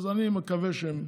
אז אני מקווה שהם,